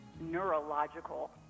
neurological